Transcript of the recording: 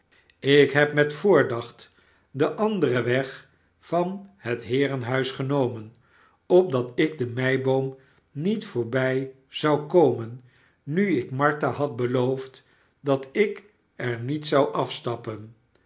ik heb met voordacht den anderen weg van het heerenhuis genomen opdat ik de meiboom niet voorbij zou komen nuik martha had'beloofd dat ik er niet zou afstappen